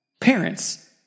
parents